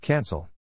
Cancel